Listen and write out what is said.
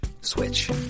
switch